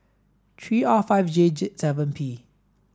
three R five J Jseven P